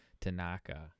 Tanaka